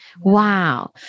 Wow